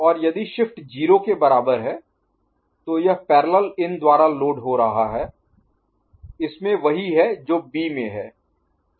और यदि शिफ्ट 0 के बराबर है तो यह पैरेलल इन द्वारा लोड हो रहा है इसमें वही है जो B में है